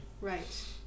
right